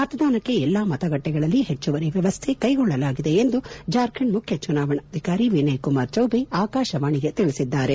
ಮತದಾನಕ್ಕೆ ಎಲ್ಲಾ ಮತಗಟ್ಟೆಗಳಲ್ಲಿ ಹೆಚ್ಚುವರಿ ವ್ಯವಸ್ಠೆಗಳನ್ನು ಕೈಗೊಳ್ಳಲಾಗಿದೆ ಎಂದು ಜಾರ್ಖಂಡ್ ಮುಖ್ಯ ಚುನಾವಣಾಧಿಕಾರಿ ವಿನಯಕುಮಾರ್ ಚೌಬೆ ಆಕಾಶವಾಣಿಗೆ ತಿಳಿಸಿದ್ದಾರೆ